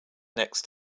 next